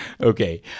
Okay